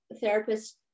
therapist